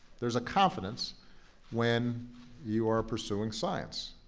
there is a confidence when you are pursuing science.